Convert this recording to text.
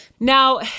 Now